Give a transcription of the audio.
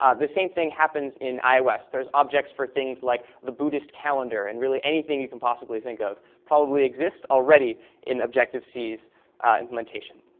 ah the same thing happens in ios. there's objects for things like the buddhist calendar, and really anything you can possibly think of probably exists already in objective-c's implementation.